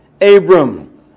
Abram